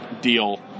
deal